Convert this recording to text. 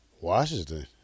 Washington